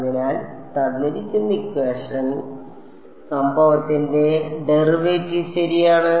അതിനാൽ വിദ്യാർത്ഥി സംഭവത്തിന്റെ ഡെറിവേറ്റീവ് ശരിയാണ്